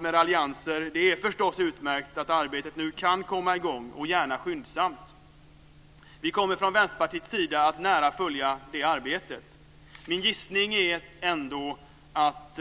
Raljanser åsido är det förstås utmärkt att arbetet nu kan komma i gång, och gärna skyndsamt. Vi kommer från Vänsterpartiets sida att nära följa det arbetet. Min gissning är ändå att